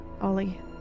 Ollie